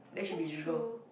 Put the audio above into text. that's true